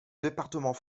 département